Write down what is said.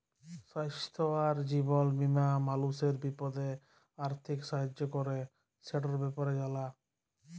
স্বাইস্থ্য আর জীবল বীমা মালুসের বিপদে আথ্থিক সাহায্য ক্যরে, সেটর ব্যাপারে জালা